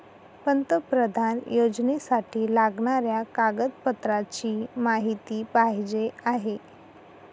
पंतप्रधान योजनेसाठी लागणाऱ्या कागदपत्रांची माहिती पाहिजे आहे